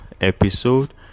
episode